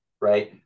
right